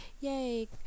yay